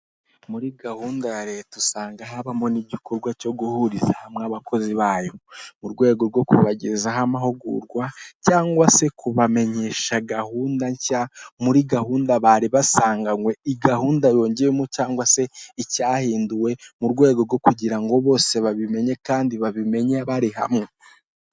Muri gahunda ya leta usanga habaho n'igikorwa cyo guhuriza hamwe abakozi bayo. Mu rwego rwo kubagezaho amahugurwa cyangwa se kubamenyesha gahunda nshya muri gahunda bari basanganywe, igahunda yongewemo cyangwa se icyahinduwe, mu rwego rwo kugira ngo bose babimenye kandi babimenye bari hamwe.